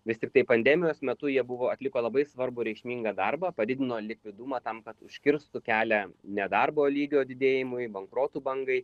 vis tiktai pandemijos metu jie buvo atliko labai svarbų reikšmingą darbą padidino likvidumą tam kad užkirstų kelią nedarbo lygio didėjimui bankrotų bangai